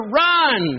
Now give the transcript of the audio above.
run